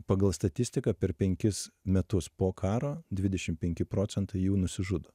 pagal statistiką per penkis metus po karo dvidešim penki procentai jų nusižudo